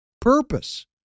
purpose